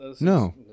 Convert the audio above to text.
No